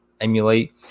emulate